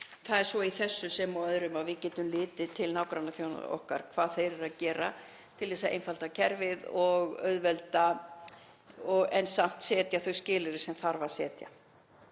Það er í þessu sem og öðru að við getum litið til nágrannaþjóða okkar, hvað þær eru að gera til þess að einfalda kerfið og auðvelda ferlið en samt setja þau skilyrði sem þarf að setja.